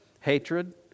hatred